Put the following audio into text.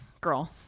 Girl